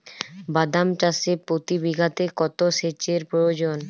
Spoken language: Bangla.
বাদাম চাষে প্রতি বিঘাতে কত সেচের প্রয়োজন?